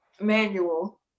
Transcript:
manual